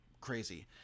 crazy